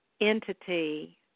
entity